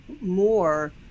more